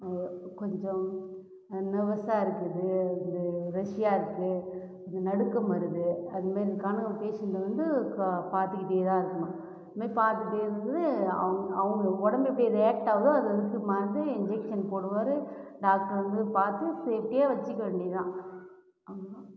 கொஞ்சம் நெர்வசாக இருக்குது ரெஷியா இருக்குது நடுக்கம் வருது அதுமாரிக்கான பேஷண்ட்டை வந்து பார்த்துக்கிட்டேதா இருக்கணும் இது மாதிரி பார்த்துட்டே இருந்து அவங்க அவங்க உடம்பு எப்படி ரியாக்ட் ஆகுதோ அதுக்கு இன்ஜெக்ஷன் போடுவார் டாக்டர் வந்து பார்த்து சேஃப்ட்டியாக வச்சுக்க வேண்டியது தான் அவ்வளோதான்